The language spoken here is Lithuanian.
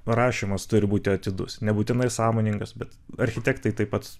parašymas turi būti atidus nebūtinai sąmoningas bet architektai tai pat